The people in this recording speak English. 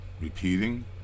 Repeating